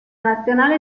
nazionale